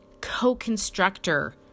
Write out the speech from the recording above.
co-constructor